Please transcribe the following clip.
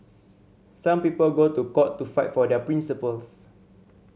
some people go to court to fight for their principles